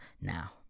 now